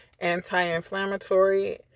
anti-inflammatory